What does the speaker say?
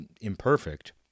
imperfect